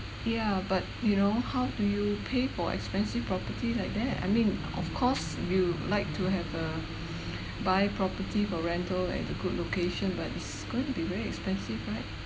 yeah but you know how do you pay for expensive property like there I mean of course you like to have uh buy property for rental at a good location but it's going to be very expensive right